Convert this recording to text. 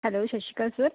hello ਸਤਿ ਸ਼੍ਰੀ ਅਕਾਲ ਸਰ